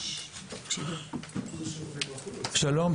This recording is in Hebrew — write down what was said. שלום,